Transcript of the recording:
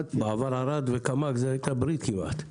בעבר ערד וקמ"ג היו ברית כמעט.